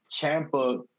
Champa